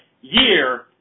year